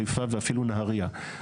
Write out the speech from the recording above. חיפה ואפילו נהריה.